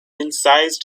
incised